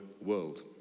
world